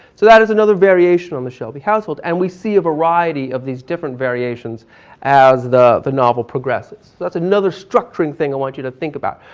so that is another variation on the shelby household and we see a variety of these different variations as the, the novel progresses. that's another structuring thing i want you to think about.